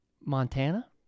Montana